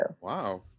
Wow